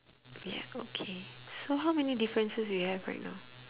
ya okay so how many differences we have right now